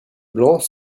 blancs